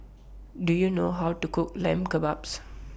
Do YOU know How to Cook Lamb Kebabs